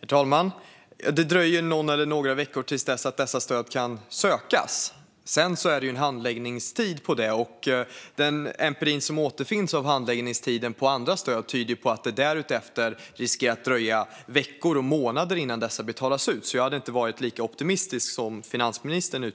Herr talman! Det dröjer någon eller några veckor tills dessa stöd kan sökas. Sedan är det en handläggningstid på det, och empirin när det gäller handläggningstiden för andra stöd tyder på att det därefter riskerar att dröja veckor och månader innan stöden betalas ut. Jag är därför inte lika optimistisk gällande detta som finansministern.